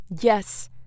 Yes